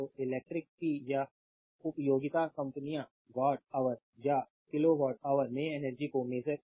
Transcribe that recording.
तो इलेक्ट्रिक पी या उपयोगिता कंपनियां वाट ऑवर या किलो वाट ऑवर में एनर्जी को मेजर हैं